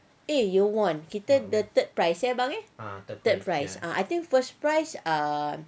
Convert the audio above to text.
eh you won kita the third prize ya ye abang eh ya third prize I think first prize ah